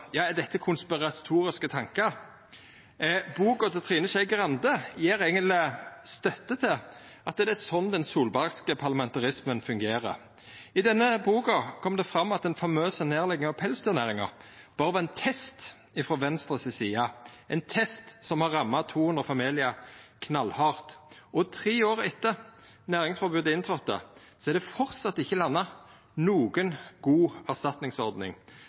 Er dette konspiratoriske tankar? Boka til Trine Skei Grande gjev eigentleg støtte til at det er slik den solbergske parlamentarismen fungerer. I denne boka kom det fram at den famøse nedlegginga av pelsdyrnæringa berre var ein test frå Venstre si side – ein test som har ramma 200 familiar knallhardt. Tre år etter at næringsforbodet tredde i kraft, er det framleis ikkje landa noka god erstatningsordning.